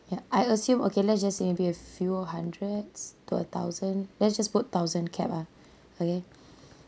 uh I assume okay let's just say we have few hundreds to a thousand let's just put thousand cap ah okay